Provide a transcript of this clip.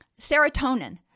Serotonin